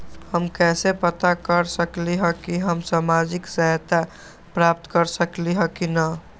हम कैसे पता कर सकली ह की हम सामाजिक सहायता प्राप्त कर सकली ह की न?